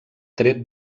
tret